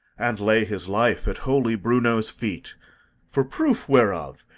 and lay his life at holy bruno's feet for proof whereof,